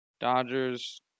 Dodgers